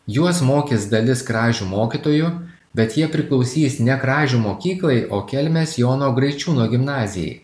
juos mokys dalis kražių mokytojų bet jie priklausys ne kražių mokyklai o kelmės jono graičiūno gimnazijai